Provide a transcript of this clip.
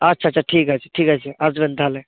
আচ্ছা আচ্ছা ঠিক আছে ঠিক আছে আসবেন তাহলে